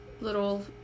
Little